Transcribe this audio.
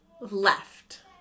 left